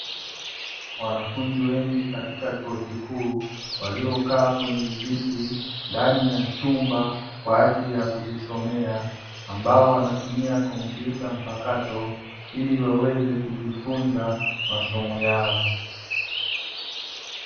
Wanafunzi wengi katika chuo kikuu, waliokaa kwenye viti ndani ya chumba kwa ajili ya kujisomea, ambao wanatumia kompyuta mpakato ili waweze kujifunza masomo yao.